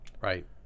right